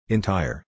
Entire